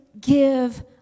give